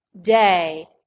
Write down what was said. day